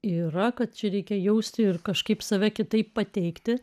yra kad čia reikia jausti ir kažkaip save kitaip pateikti